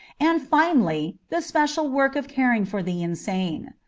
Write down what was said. and finally the special work of caring for the insane.